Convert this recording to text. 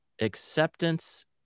Acceptance